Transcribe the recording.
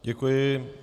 Děkuji.